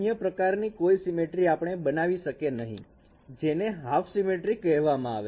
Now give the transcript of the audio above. અન્ય પ્રકારની કોઈ સિમેટ્રી આપણે બનાવી શકે નહીં જેને હાફ સિમેટ્રી કહેવામાં આવે છે